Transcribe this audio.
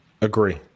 Agree